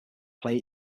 play